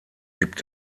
gibt